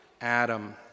Adam